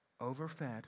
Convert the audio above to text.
overfed